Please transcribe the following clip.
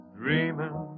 dreaming